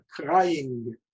crying